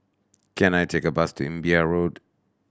can I take a bus to Imbiah Road